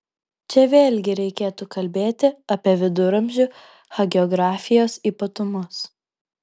čia vėlgi reikėtų kalbėti apie viduramžių hagiografijos ypatumus